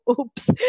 oops